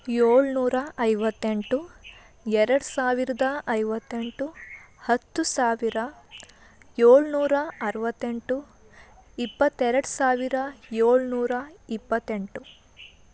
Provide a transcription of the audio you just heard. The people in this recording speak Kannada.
ಏಳ್ನೂರ ಐವತ್ತೆಂಟು ಎರಡು ಸಾವಿರ್ದ ಐವತ್ತೆಂಟು ಹತ್ತು ಸಾವಿರ ಏಳ್ನೂರ ಅರವತ್ತೆಂಟು ಇಪ್ಪತ್ತೆರಡು ಸಾವಿರ ಏಳ್ನೂರ ಇಪ್ಪತ್ತೆಂಟು